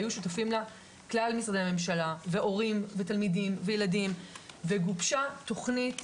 היו שותפים לה כלל משרדי הממשלה והורים ותלמידים וילדים וגובשה תוכנית